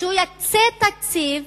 שהוא יקצה תקציב,